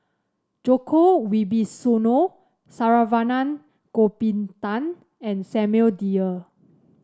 Djoko Wibisono Saravanan Gopinathan and Samuel Dyer